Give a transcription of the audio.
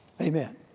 Amen